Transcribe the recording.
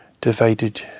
Divided